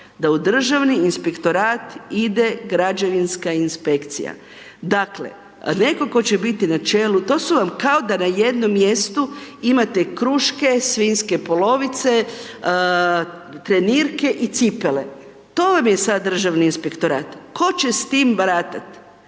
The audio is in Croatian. da u državni inspektorat ide građevinska inspekcija. Dakle netko tko će biti na čelu, to su vam kao da na jednom mjestu imate kruške, svinjske polovice trenirke i cipele, to vam je sada Državni inspektorat. Tko će s time baratati.